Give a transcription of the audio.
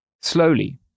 Slowly